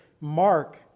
mark